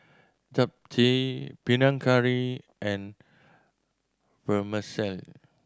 Japchae Panang Curry and Vermicelli